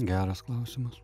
geras klausimas